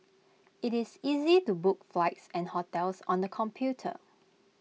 IT is easy to book flights and hotels on the computer